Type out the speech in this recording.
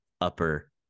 upper